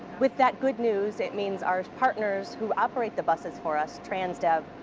with that good news, it means our partners who operate the buses for us, transdev,